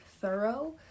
thorough